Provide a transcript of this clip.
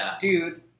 dude